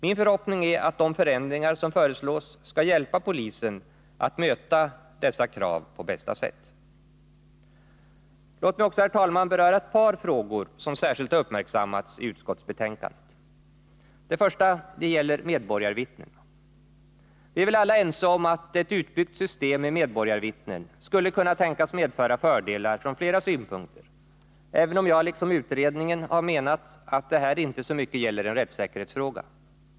Min förhoppning är att de förändringar som föreslås skall hjälpa polisen att möta dessa krav på bästa sätt. Låt mig också, herr talman, beröra ett par frågor som särskilt har uppmärksammats i utskottsbetänkandet. Den första gäller medborgarvittnena. Vi är väl alla ense om att ett utbyggt system med medborgarvittnen skulle kunna tänkas medföra fördelar från flera synpunkter, även om jag liksom utredningen har menat att det här inte så mycket gäller en rättssäkerhetsfråga.